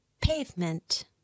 Pavement